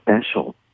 special